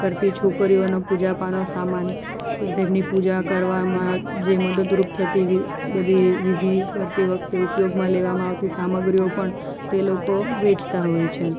કરતી છોકરીઓના પૂજાપાનો સમાન તેમની પૂજા કરવામાં જે મદદરૂપ થતી બધી વિધિ કરતી વખતે ઉપયોગમાં લેવામાં આવતી સામગ્રીઓ પણ તે લોકો વેચતા હોય છે